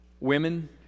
Women